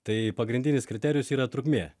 tai pagrindinis kriterijus yra trukmė